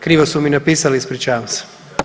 Krivo su mi napisali, ispričavam se.